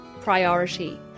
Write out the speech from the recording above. priority